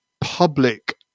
public